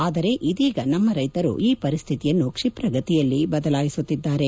ಆದರೆ ಇದೀಗ ನಮ್ಮ ರೈತರು ಈ ಪರಿಸ್ಥಿತಿಯನ್ನು ಕ್ಷಿಪ್ರಗತಿಯಲ್ಲಿ ಬದಲಾಯಿಸುತ್ತಿದ್ದಾರೆ